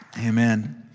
Amen